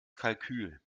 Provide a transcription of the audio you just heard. kalkül